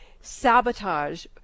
sabotage